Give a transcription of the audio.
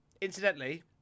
Incidentally